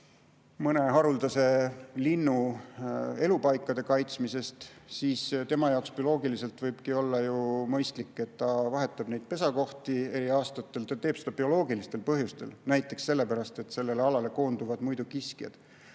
mõne haruldase linnu elupaiga kaitsmisest, siis tema jaoks bioloogiliselt võibki ju olla mõistlik, et ta vahetab eri aastatel pesakohti, ta teeb seda bioloogilistel põhjustel, näiteks sellepärast, et sellele alale koonduvad muidu kiskjad.